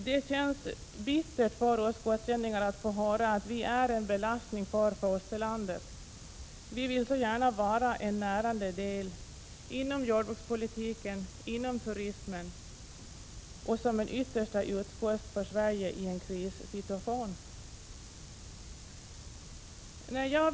Det känns bittert för oss gotlänningar att få höra att vi är en belastning för fosterlandet. Vi vill så gärna vara en närande del inom jordbrukspolitiken och inom turismen samt en yttersta utpost för Sverige i en krissituation.